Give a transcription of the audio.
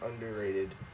underrated